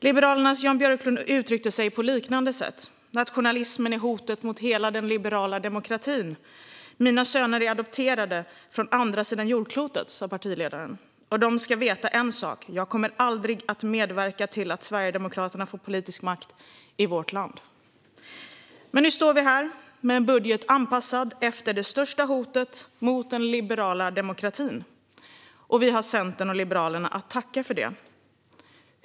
Liberalernas Jan Björklund uttryckte sig på liknande sätt: Nationalismen är hotet mot hela den liberala demokratin. Mina söner är adopterade från andra sidan jordklotet, sa partiledaren, och de ska veta en sak: Jag kommer aldrig att medverka till att Sverigedemokraterna får politisk makt i vårt land. Men nu står vi här med en budget anpassad efter det största hotet mot den liberala demokratin, och vi har Centern och Liberalerna att tacka för det.